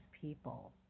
people